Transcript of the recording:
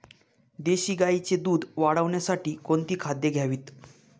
देशी गाईचे दूध वाढवण्यासाठी कोणती खाद्ये द्यावीत?